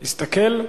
הסתכל,